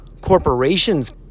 corporation's